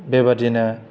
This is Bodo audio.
बेबादिनो